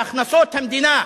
להכנסות המדינה,